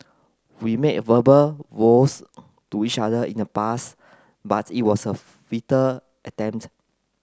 we made verbal vows to each other in the past but it was a attempt